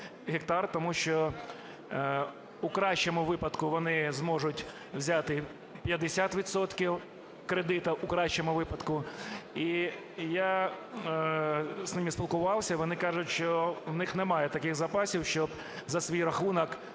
тому що у кращому випадку вони зможуть взяти 50 відсотків кредиту – у кращому випадку. І я з ними спілкувався, вони кажуть, що у них немає таких запасів, щоб за свій рахунок